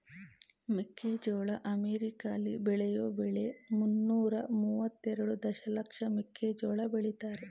ಮೆಕ್ಕೆಜೋಳ ಅಮೆರಿಕಾಲಿ ಬೆಳೆಯೋ ಬೆಳೆ ಮುನ್ನೂರ ಮುವತ್ತೆರೆಡು ದಶಲಕ್ಷ ಮೆಕ್ಕೆಜೋಳ ಬೆಳಿತಾರೆ